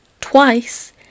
twice